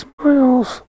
smiles